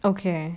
okay